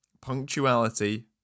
Punctuality